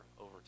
over